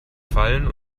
fallen